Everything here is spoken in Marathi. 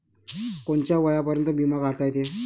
कोनच्या वयापर्यंत बिमा काढता येते?